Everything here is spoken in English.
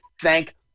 Thank